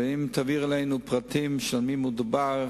ואם תעביר אלינו פרטים במי מדובר,